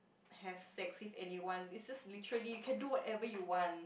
have sex with anyone is just literally you can do whatever you want